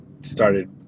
started